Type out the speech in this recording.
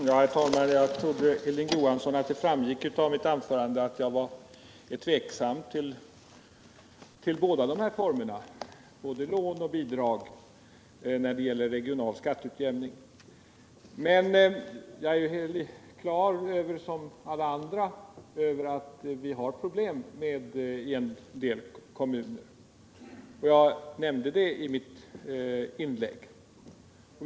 Herr talman! Jag trodde, Hilding Johansson, att det framgick av mitt anförande att jag är tveksam till båda dessa former — både lån och bidrag — när det gäller regional skatteutjämning. Jag är som alla andra klar över att det finns problem i en del kommuner — jag nämnde det i mitt anförande.